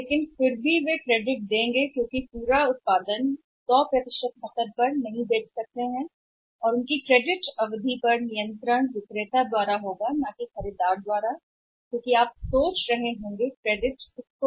लेकिन फिर भी वे क्रेडिट देंगे क्योंकि वे अपने क्रेडिट के लिए नकदी पर 100 उत्पादन नहीं बेच सकते हैं अवधि विक्रेता द्वारा नियंत्रित की जाएगी खरीदार द्वारा नहीं क्योंकि यदि आप सोचते हैं कि कौन क्या कहता है क्रेडिट पर